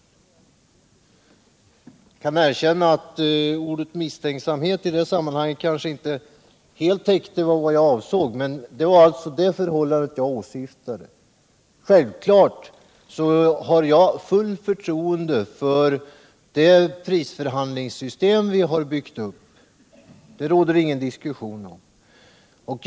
Jag kan erkänna att ordet ”misstänksamhet” i detta sammanhang kanske inte helt täckte vad jag avsåg. Men det var alltså detta jag åsyftade. Självfallet har jag fullt förtroende för det prisförhandlingssystem vi byggt upp. Det råder det ingen diskussion om.